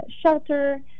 shelter